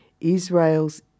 Israel's